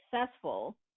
successful